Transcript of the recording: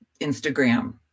Instagram